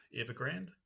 Evergrande